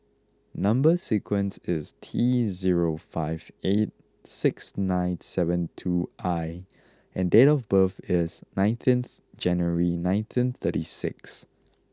number sequence is T zero five eight six nine seven two I and date of birth is nineteenth January nineteen thirty six